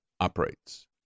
operates